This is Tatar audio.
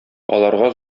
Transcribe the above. аларга